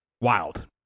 wild